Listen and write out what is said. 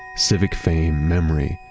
civic fame, memory,